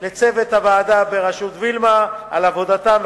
לצוות הוועדה בראשות וילמה על עבודתם,